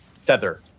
feather